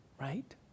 right